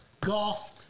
golf